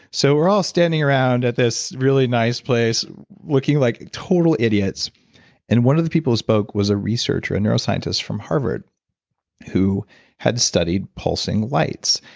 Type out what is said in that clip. so we're all standing around at this really nice place looking like total idiots and one of the people who spoke was ah researcher, a neuroscientist from harvard who had studied pulsing light.